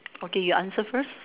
okay you answer first